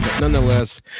Nonetheless